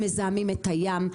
הם מזהמים את הים,